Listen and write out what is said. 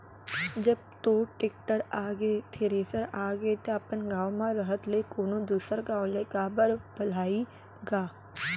जब तोर टेक्टर आगे, थेरेसर आगे त अपन गॉंव म रहत ले कोनों दूसर गॉंव ले काबर बलाही गा?